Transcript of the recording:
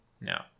No